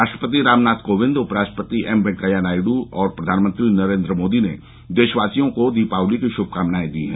राष्ट्रपति रामनाथ कोविंद उपराष्ट्रपति एम वेंकैया नायड् और प्रधानमंत्री नरेन्द्र मोदी ने देशवासियों को दीपावली की श्भकामनाए दी हैं